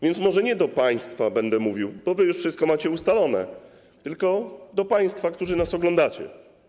Więc może nie do państwa będę mówił, bo wy już wszystko macie ustalone, tylko do państwa, którzy nas oglądacie.